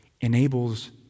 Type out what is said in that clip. enables